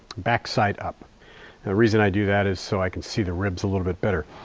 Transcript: backside up. the reason i do that is so i can see the ribs a little bit better.